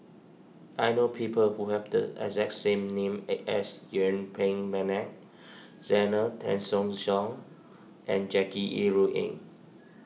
I know people who have the exact name as Yuen Peng McNeice Zena Tessensohn and Jackie Yi Ru Ying